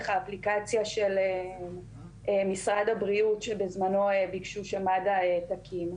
האפליקציה של משרד הבריאות שבזמנו ביקשו שמד"א תקים,